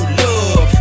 love